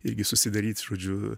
irgi susidaryt žodžiu